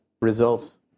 results